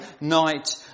night